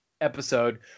episode